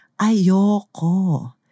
ayoko